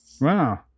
Wow